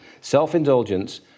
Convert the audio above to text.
Self-indulgence